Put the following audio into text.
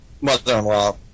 mother-in-law